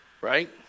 Right